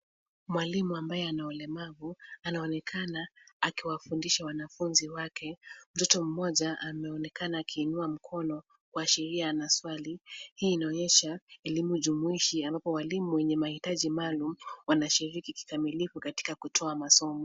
Mwalimu ambaye ana ulemavu anaonekana akiwafundisha wanafunzi wake. Mtoto mmoja anaonekana akiinua mkono kuashiria ana swali. Hii inaonyesha elimu jumuishi ambapo walimu mwenye mahitaji maalum wanashiriki kikamilifu katika kutoa masomo.